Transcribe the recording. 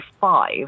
five